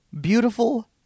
beautiful